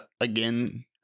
again